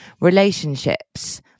relationships